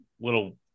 little